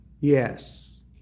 Yes